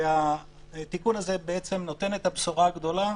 והתיקון הזה נותן את הבשורה הגדולה,